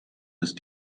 ist